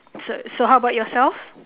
so so how about yourself